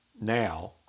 now